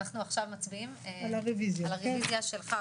אנחנו עכשיו מצביעים על הרוויזיה שלך,